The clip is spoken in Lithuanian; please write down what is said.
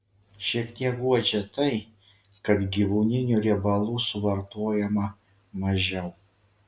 šiek tiek guodžia tai kad gyvūninių riebalų suvartojama mažiau